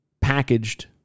packaged